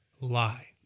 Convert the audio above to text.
lie